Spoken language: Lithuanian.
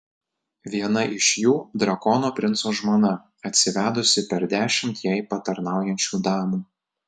viena iš jų drakono princo žmona atsivedusi per dešimt jai patarnaujančių damų